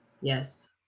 Yes